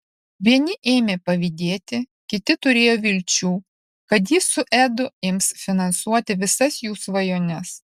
vieni ėmė pavydėti kiti turėjo vilčių kad ji su edu ims finansuoti visas jų svajones